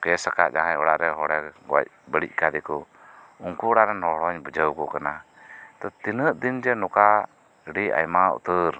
ᱠᱚ ᱠᱮᱥ ᱟᱠᱟᱫ ᱡᱟᱦᱟᱸᱭ ᱚᱲᱟᱜ ᱨᱮ ᱦᱚᱲᱮ ᱜᱚᱡᱽ ᱵᱟᱹᱲᱤᱡ ᱟᱠᱟᱫᱮ ᱠᱚ ᱩᱱᱠᱩ ᱚᱲᱟᱜ ᱨᱮᱱ ᱦᱚᱸᱧ ᱵᱩᱡᱷᱟᱹᱣ ᱟᱹᱠᱚ ᱠᱟᱱᱟ ᱛᱳ ᱛᱤᱱᱟᱹᱜ ᱫᱤᱱ ᱡᱮ ᱱᱚᱱᱠᱟ ᱟᱹᱰᱤ ᱟᱭᱢᱟ ᱩᱛᱟᱹᱨ